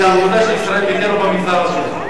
העבודה של ישראל ביתנו במגזר הדרוזי.